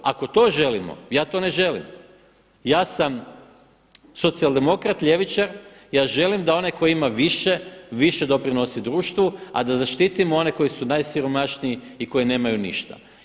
Ako to želimo, ja to ne želim, ja sam socijal demokrat, ljevičar, ja želim da onaj tko ima više više doprinosi društvu a da zaštitimo one koji su najsiromašniji i koji nemaju ništa.